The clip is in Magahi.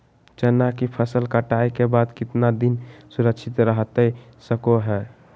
चना की फसल कटाई के बाद कितना दिन सुरक्षित रहतई सको हय?